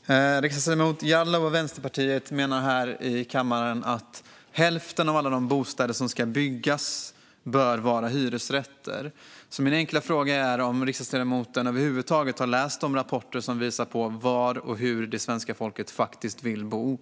Fru talman! Riksdagsledamot Jallow och Vänsterpartiet menar här i kammaren att hälften av alla de bostäder som ska byggas bör vara hyresrätter. Min enkla fråga är därför om riksdagsledamoten över huvud taget har läst de rapporter som visar var och hur det svenska folket faktiskt vill bo.